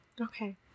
Okay